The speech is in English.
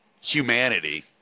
humanity